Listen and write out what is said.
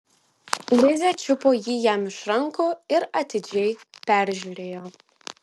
lizė čiupo jį jam iš rankų ir atidžiai peržiūrėjo